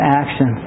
action